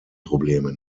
probleme